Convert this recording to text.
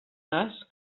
nas